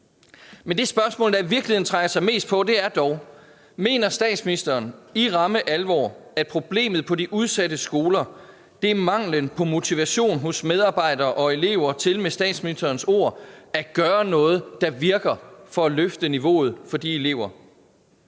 Men det spørgsmål, der i virkeligheden trænger sig mest på, er dog: Mener statsministeren i ramme alvor, at problemet på de udsatte skoler er manglen på motivation hos medarbejdere og elever til med statsministerens ord at gøre noget, der virker, for at løfte niveauet for de elever?